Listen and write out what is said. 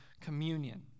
communion